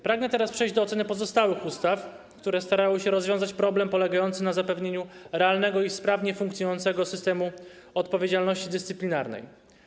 Pragnę teraz przejść do oceny pozostałych ustaw, które starały się rozwiązać problem polegający na zapewnieniu realnego i sprawnie funkcjonującego systemu odpowiedzialności dyscyplinarnej.